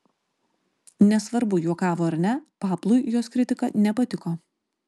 nesvarbu juokavo ar ne pablui jos kritika nepatiko